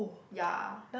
ya